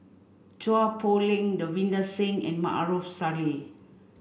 Chua Poh Leng Davinder Singh and Maarof Salleh